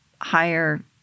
higher